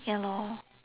ya lor